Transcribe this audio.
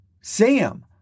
Sam